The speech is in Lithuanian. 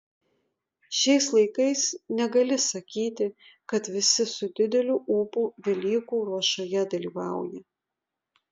šiais laikais negali sakyti kad visi su dideliu ūpu velykų ruošoje dalyvauja